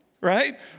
right